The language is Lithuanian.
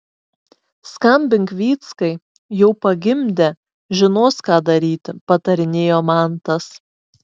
skambink vyckai jau pagimdė žinos ką daryti patarinėjo mantas